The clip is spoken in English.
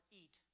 eat